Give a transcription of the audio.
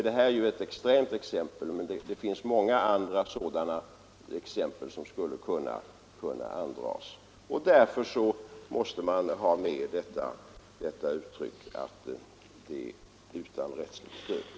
Detta är ett extremt exempel, men det finns många andra liknande som skulle kunna andras, och därför måste man ha med uttrycket ”utan rättsligt stöd”.